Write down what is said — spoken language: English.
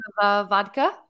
vodka